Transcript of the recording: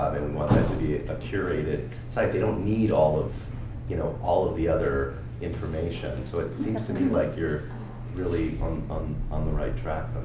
want that to be a curated site. they don't need all of you know all of the other information. so it seems to me like you're really on on the right track,